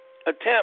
attempt